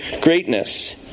greatness